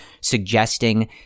suggesting